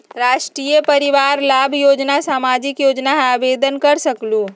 राष्ट्रीय परिवार लाभ योजना सामाजिक योजना है आवेदन कर सकलहु?